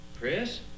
Chris